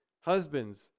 Husbands